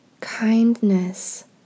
kindness